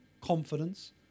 confidence